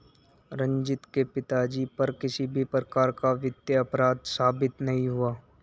रंजीत के पिताजी पर किसी भी प्रकार का वित्तीय अपराध साबित नहीं हुआ